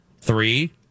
Three